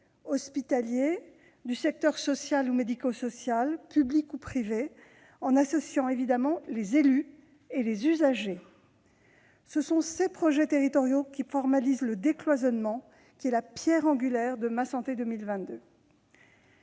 hospitalier, du secteur social ou médico-social, public ou privé -, en associant évidemment les élus et les usagers. Ce sont ces projets territoriaux qui formalisent le décloisonnement, pierre angulaire du plan Ma santé 2022.